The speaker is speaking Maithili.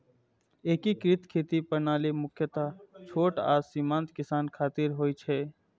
एकीकृत खेती प्रणाली मुख्यतः छोट आ सीमांत किसान खातिर होइ छै